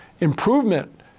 improvement